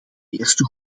eerste